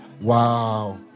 Wow